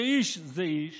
שאיש זה איש